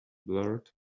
blurred